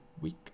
week